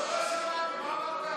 לא דיברתם על זה בקבינט הפיוס?